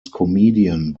comedian